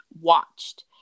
watched